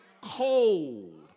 cold